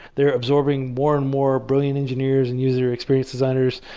they're absorbing more and more brilliant engineers and user experience designers.